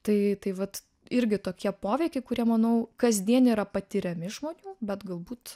tai tai vat irgi tokie poveikiai kurie manau kasdien yra patiriami žmonių bet galbūt